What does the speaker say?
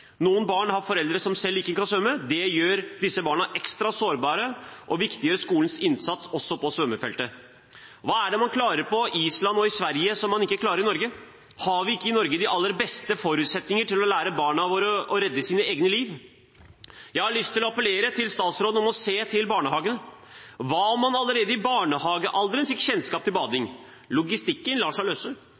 Noen barn har foreldre som selv ikke kan svømme. Det gjør disse barna ekstra sårbare og viktiggjør skolens innsats også på svømmefeltet. Hva er det man klarer på Island og i Sverige som man ikke klarer i Norge? Har vi ikke i Norge de aller beste forutsetninger for å lære barna våre å redde sitt eget liv? Jeg har lyst til å appellere til statsråden om å se til barnehagene. Hva om man allerede i barnehagealderen fikk kjennskap til bading? Logistikken lar seg løse.